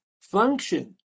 function